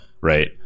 Right